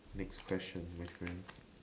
next question my friend